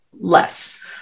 less